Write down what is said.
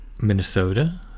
Minnesota